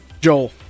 Joel